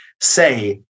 say